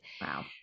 Wow